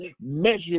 measured